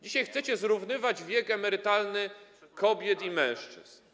Dzisiaj chcecie zrównywać wiek emerytalny kobiet i mężczyzn.